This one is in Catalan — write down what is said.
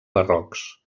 barrocs